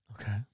Okay